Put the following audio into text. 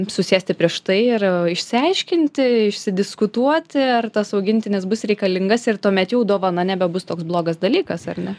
susėsti prieš tai ir išsiaiškinti išsidiskutuoti ar tas augintinis bus reikalingas ir tuomet jau dovana nebebus toks blogas dalykas ar ne